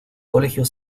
colegio